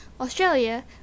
Australia